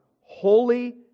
holy